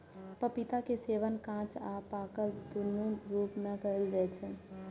पपीता के सेवन कांच आ पाकल, दुनू रूप मे कैल जाइ छै